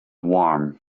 warm